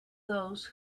those